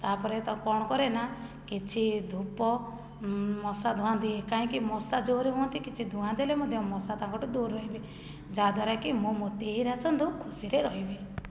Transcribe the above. ତା'ପରେ ତ କ'ଣ କରେ ନା କିଛି ଧୂପ ମଶା ଧୂଆଁ ଦିଏ କାହିଁକି ମଶା ଜୋରେ ହୁଅନ୍ତି କିଛି ଧୂଆଁ ଦେଲେ ମଧ୍ୟ ମଶା ତାଙ୍କ ଠୁ ଦୂରରେ ରହିବେ ଯାହାଦ୍ୱାରା କି ମୋ ମୋତି ହୀରା ଚନ୍ଦୁ ଖୁସିରେ ରହିବେ